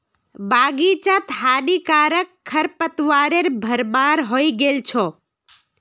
बग़ीचात हानिकारक खरपतवारेर भरमार हइ गेल छ